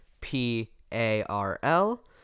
P-A-R-L